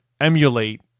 emulate